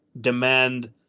demand